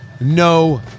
No